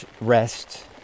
rest